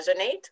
resonate